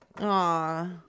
Aw